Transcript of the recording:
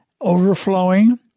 overflowing